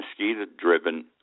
mosquito-driven